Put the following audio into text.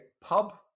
Pub